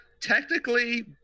Technically